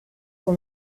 pour